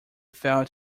felt